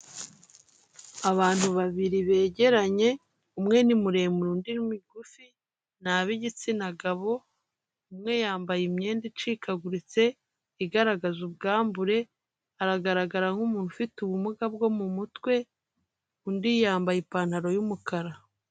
Abantu babiri begeranye, umwe ni muremure undi ni mugufi ni ab'igitsina gabo, umwe yambaye imyenda icikaguritse igaragaza ubwambure, aragaragara nk'umuntu ufite ubumuga bwo mu mutwe, undi yambaye ipantaro y'umukara.